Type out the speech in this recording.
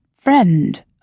friend